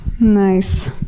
nice